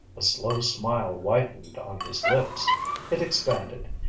a slow smile widened on his lips it expanded.